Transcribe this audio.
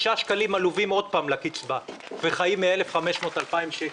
שקלים עלובים לקצבה וחיים מ-1,500 2,000 שקל?